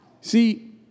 See